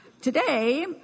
Today